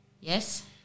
Yes